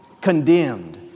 condemned